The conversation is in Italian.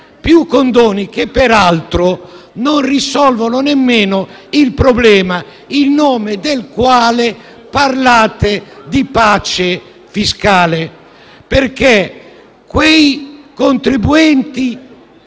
più condoni, che peraltro non risolvono nemmeno il problema in nome del quale parlate di pace fiscale, perché non affrontate